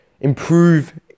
Improve